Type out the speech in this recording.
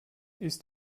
ist